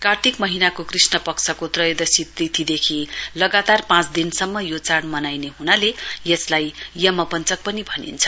कार्तिक महीनाको कृष्ण पक्षको त्रयोदसी तिथिदेखि लगातार पाँच दिनसम्म यो चाढ़ मनाइने हुनाले यसलाई यमपञ्चक पनि भनिन्छ